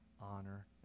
honor